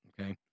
Okay